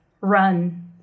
run